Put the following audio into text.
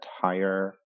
higher